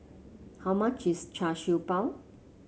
how much is Char Siew Bao